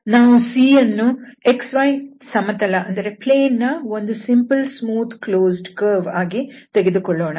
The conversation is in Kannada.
ನಾವು C ಯನ್ನು xy ಸಮತಲ ದ ಒಂದು ಸಿಂಪಲ್ ಸ್ಮೂತ್ ಕ್ಲೋಸ್ಡ್ ಕರ್ವ್ ಆಗಿ ತೆಗೆದುಕೊಳ್ಳೋಣ